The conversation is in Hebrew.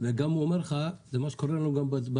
וגם הוא אומר לך שזה מה שקורה לך בדרכים,